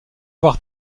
avoir